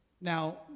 Now